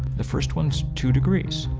the first one's two degrees.